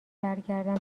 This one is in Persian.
برگردم